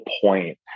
point